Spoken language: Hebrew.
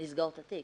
לסגור את התיק.